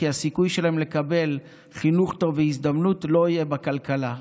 כי הסיכוי שלהם לקבל חינוך טוב והזדמנות לא יהיה בכלכלה,